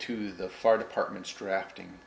to the fire departments directing